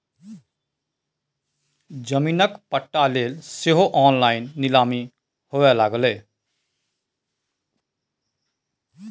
जमीनक पट्टा लेल सेहो ऑनलाइन नीलामी हुअए लागलै